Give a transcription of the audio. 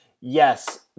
yes